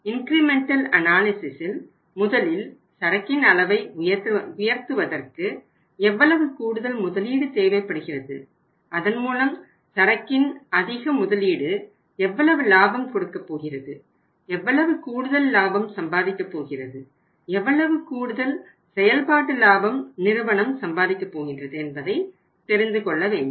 எனவே இன்கிரிமெண்டல் அனாலிசிஸில் முதலில் சரக்கின் அளவை உயர்த்துவதற்கு எவ்வளவு கூடுதல் முதலீடு தேவைப்படுகிறது அதன்மூலம் சரக்கின் அதிக முதலீடு எவ்வளவு லாபம் கொடுக்கப்போகிறது எவ்வளவு கூடுதல் லாபம் சம்பாதிக்க போகிறது எவ்வளவு கூடுதல் செயல்பாட்டு லாபம் நிறுவனம் சம்பாதிக்க போகின்றது என்பதை தெரிந்து கொள்ளவேண்டும்